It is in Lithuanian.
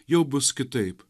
jau bus kitaip